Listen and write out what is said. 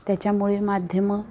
त्याच्यामुळे माध्यमं